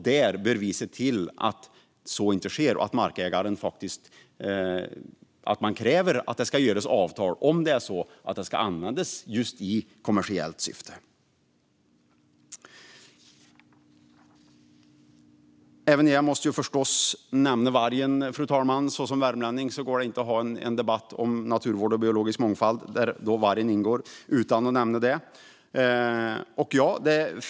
Vi bör se till att så inte sker och att man kräver att det ska ingås avtal om det är så att allemansrätten ska användas i kommersiellt syfte. Även jag måste förstås nämna vargen, fru talman. Som värmlänning går det inte att ha en debatt om naturvård och biologisk mångfald, där vargen ingår, utan att nämna detta.